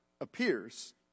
appears